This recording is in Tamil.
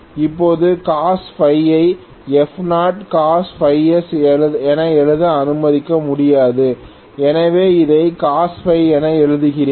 இப்போது cos Φ -ஐ⁡ cos s என எழுத அனுமதிக்க முடியாது எனவே இதை cos Φ என எழுதுகிறேன்